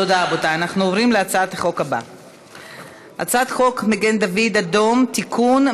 הצעת חוק פיקוח על בתי-ספר (תיקון,